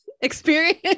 experience